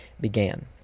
began